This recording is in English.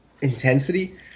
intensity